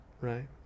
right